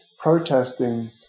protesting